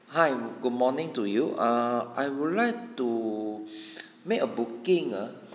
hi good morning to you err I would like to make a booking ah